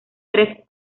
tres